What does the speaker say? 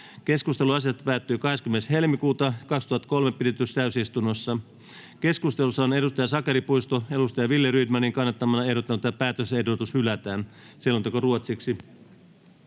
Keskustelu asiasta päättyi 20.2.2023 pidetyssä täysistunnossa. Keskustelussa on Sakari Puisto Wille Rydmanin kannattamana ehdottanut, että päätös-ehdotus hylätään. [Speech 7] Speaker: